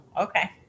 okay